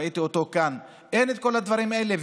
אין את כל הדברים האלה.